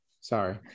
sorry